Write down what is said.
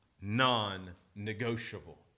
non-negotiable